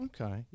Okay